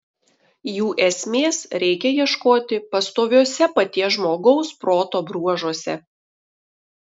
jų esmės reikia ieškoti pastoviuose paties žmogaus proto bruožuose